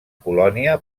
polònia